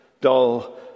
dull